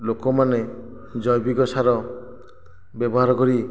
ଲୋକମାନେ ଜୈବିକ ସାର ବ୍ୟବହାର କରି